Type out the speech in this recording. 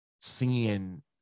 seeing